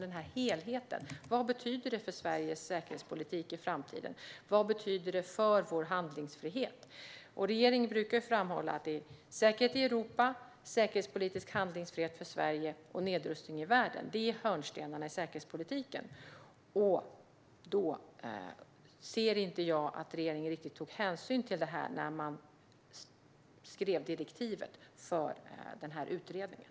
Men vad betyder det som helhet för Sveriges säkerhetspolitik i framtiden, och vad betyder det för vår handlingsfrihet? Regeringen brukar ju framhålla att det är säkerhet i Europa, säkerhetspolitisk handlingsfrihet för Sverige och nedrustning i världen som är hörnstenarna i säkerhetspolitiken. Jag ser inte riktigt att regeringen tog hänsyn till detta när man skrev direktivet för utredningen.